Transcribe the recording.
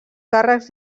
càrrecs